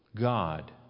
God